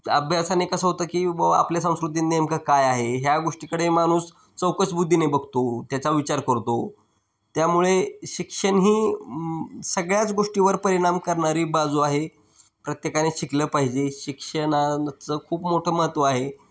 अभ्यासाने कसं होतं की ब आपल्या संस्कृतीत नेमकं काय आहे ह्या गोष्टीकडे माणूस चौकस बुद्धीने बघतो त्याचा विचार करतो त्यामुळे शिक्षण ही सगळ्याच गोष्टीवर परिणाम करणारी बाजू आहे प्रत्येकाने शिकलं पाहिजे शिक्षणाचं खूप मोठं महत्त्व आहे